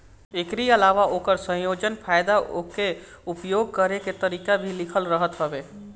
एकरी अलावा ओकर संयोजन, फायदा उके उपयोग करे के तरीका भी लिखल रहत हवे